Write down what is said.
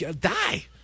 Die